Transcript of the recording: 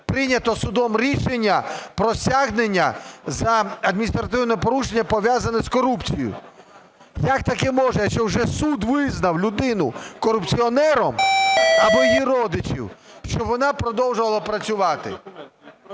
прийнято судом рішення про стягнення за адміністративне порушення, пов'язане з корупцією. Як таке можна, що вже суд визнав людину корупціонером (або її родичів), що вона продовжувала працювати?